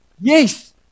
Yes